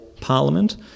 parliament